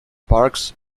parks